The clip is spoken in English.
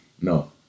No